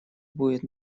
будет